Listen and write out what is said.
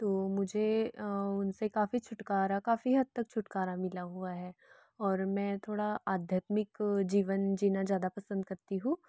तो मुझे उनसे काफ़ी छुटकारा काफ़ी हद तक छुटकारा मिला हुआ है और मैं थोड़ा आध्यात्मिक जीवन जिना ज़्यादा पसंद करती हूँ